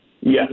Yes